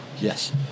Yes